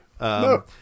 No